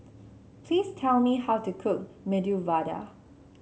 please tell me how to cook Medu Vada